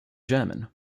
german